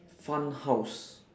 fun house